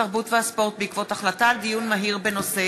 התרבות והספורט בעקבות דיון מהיר בהצעה